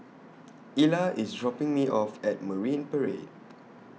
Ela IS dropping Me off At Marine Parade